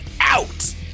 out